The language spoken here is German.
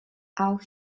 auch